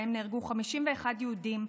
שבהן נהרגו 51 יהודים,